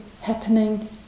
happening